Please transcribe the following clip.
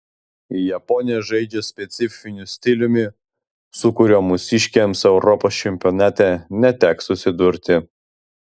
japonės žaidžia specifiniu stiliumi su kuriuo mūsiškėms europos čempionate neteks susidurti